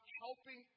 helping